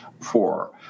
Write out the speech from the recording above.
four